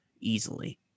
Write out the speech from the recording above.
easily